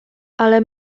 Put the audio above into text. ale